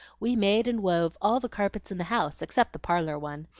we made and wove all the carpets in the house, except the parlor one.